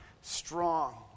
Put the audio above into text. strong